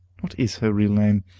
what is her real name?